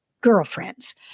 girlfriends